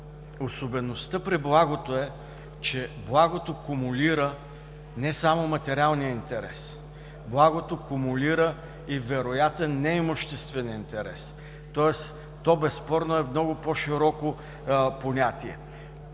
Особеността при „благото“ е, че „благото“ кумулира не само материалния интерес. „Благото“ кумулира и вероятен неимуществен интерес. Тоест, то безспорно е много по-широко понятие.